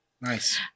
Nice